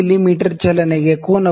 me ಚಲನೆಗೆ ಕೋನವು 0